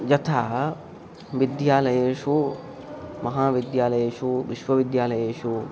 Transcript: यथा विद्यालयेषु महाविद्यालयेषु विश्वविद्यालयेषु